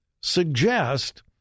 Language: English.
suggest